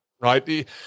Right